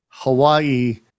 Hawaii